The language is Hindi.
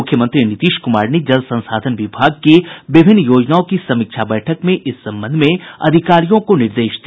मुख्यमंत्री नीतीश कुमार ने जल संसाधन विभाग की विभिन्न योजनाओं की समीक्षा बैठक में इस संबंध में अधिकारियों को निर्देश दिया